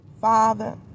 Father